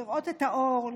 לראות את האור,